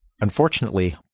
Unfortunately